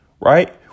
Right